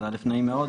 אז אלף נעים מאוד,